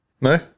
No